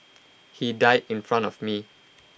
he died in front of me